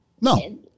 No